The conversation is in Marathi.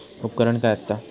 उपकरण काय असता?